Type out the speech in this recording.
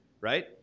right